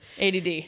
ADD